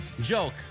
Joke